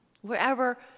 Wherever